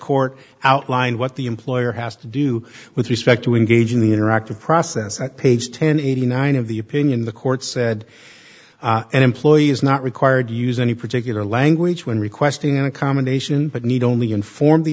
court outlined what the employer has to do with respect to engage in the interactive process at page ten eighty nine of the opinion the court said an employee is not required to use any particular language when requesting an accommodation but need only inform the